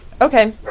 Okay